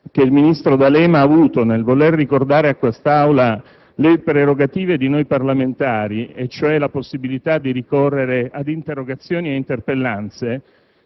che il ministro D'Alema ha avuto nel voler ricordare all'Assemblea le prerogative di noi parlamentari, cioè la possibilità di ricorrere ad interrogazioni ed interpellanze,